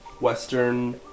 western